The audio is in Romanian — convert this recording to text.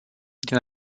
din